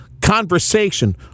conversation